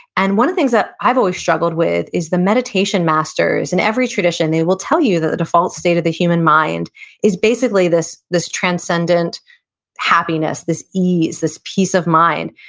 and one of the things that i've always struggled with is the meditation masters in every tradition, they will tell you that the default state of the human mind is basically this this transcendent happiness, this ease, this peace of mind.